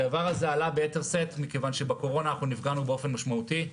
הדבר הזה עלה ביתר שאת מכיוון שבקורונה נפגענו באופן משמעותי.